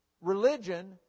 religion